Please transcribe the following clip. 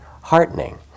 heartening